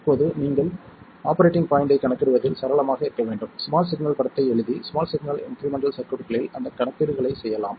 இப்போது நீங்கள் ஆபரேட்டிங் பாய்ண்ட்டைக் கணக்கிடுவதில் சரளமாக இருக்க வேண்டும் ஸ்மால் சிக்னல் படத்தை எழுதி ஸ்மால் சிக்னல் இன்க்ரிமெண்ட்டல் சர்க்யூட்களில் அந்தக் கணக்கீடுகளைச் செய்யலாம்